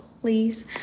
please